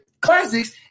classics